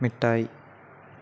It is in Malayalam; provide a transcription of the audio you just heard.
മിഠായി